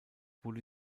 wurde